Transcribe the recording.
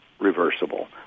reversible